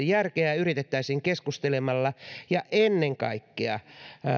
järkeä yritettäisiin keskustelemalla ja ennen kaikkea